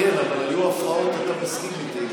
כן, אבל היו הפרעות, אתה תסכים איתי.